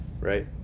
right